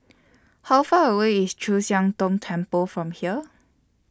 How Far away IS Chu Siang Tong Temple from here